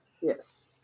yes